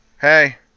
Hey